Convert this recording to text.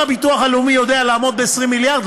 האם הביטוח הלאומי יודע לעמוד ב-20 מיליארד?